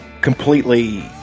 completely